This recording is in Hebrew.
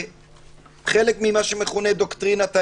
כחלק ממה שמכונה דוקטרינת האלם,